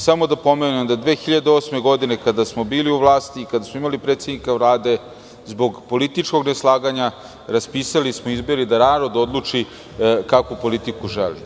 Samo da pomenem, 2008. godine kada smo bili u vlasti, kada smo imali predsednika Vlade, zbog političkog neslaganja smo raspisali izbore da narod odluči kakvu politiku želi.